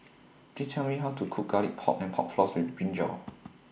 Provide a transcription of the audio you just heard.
Please Tell Me How to Cook Garlic Pork and Pork Floss with Brinjal